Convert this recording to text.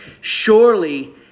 surely